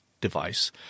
device